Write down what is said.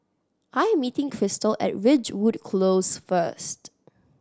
I am meeting Christal at Ridgewood Close first